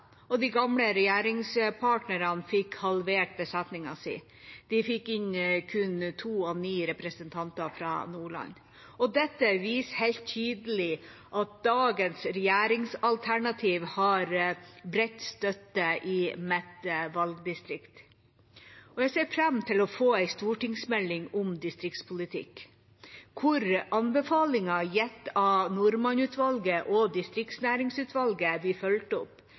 og de gamle regjeringspartnerne fikk halvert besetningen sin. De fikk inn kun to av ni representanter fra Nordland. Dette viser helt tydelig at dagens regjeringsalternativ har bred støtte i mitt valgdistrikt. Jeg ser fram til å få ei stortingsmelding om distriktspolitikk, hvor anbefalinger gitt av Norman-utvalget og distriktsnæringsutvalget blir fulgt opp.